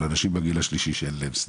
אנשים בגיל השלישי שאין להם סניפים.